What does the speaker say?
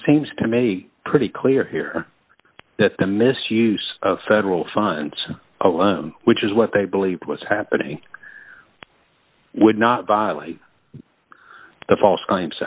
seems to me pretty clear here that the misuse of federal funds which is what they believed was happening would not violate the false claims